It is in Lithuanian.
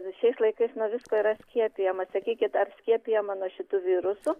visais laikais nuo visko yra skiepijama sakykit ar skiepijama nuo šitų virusų